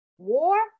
War